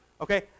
okay